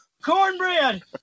cornbread